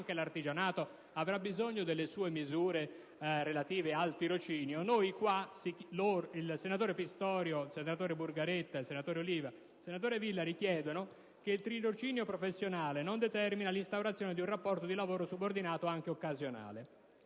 anche l'artigianato avrà bisogno delle sue misure relative al tirocinio, i senatori Pistorio, Burgaretta Aparo, Oliva e Villari chiedono che il tirocinio professionale non determini l'instaurazione di un rapporto di lavoro subordinato anche occasionale